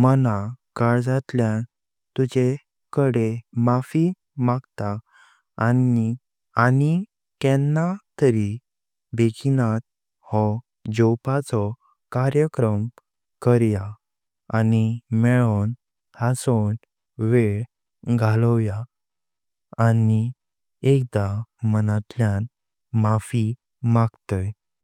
मना काल्जातल्या तुजे कडे माफी मांगता आनि अनिंग केन्ना तरी बेगीण आहो जोवपाचो कार्यक्रम कार्य आनि मेळों हासों वेल घालोव्यां। आनि एकदा मनातल्या माफी मांगतांय।